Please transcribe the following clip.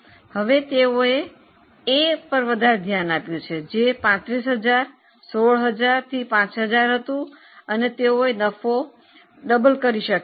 હવે તેઓએ એ પર વધુ ધ્યાન આપ્યું છે જે 35000 16000 થી 5000 હતું અને તેઓ નફો બમણી કરી શકીયા છે